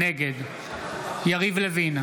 נגד יריב לוין,